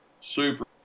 super